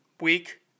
week